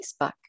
Facebook